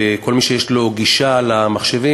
כל מי שיש לו גישה למחשבים,